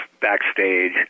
backstage